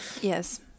yes